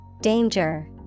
Danger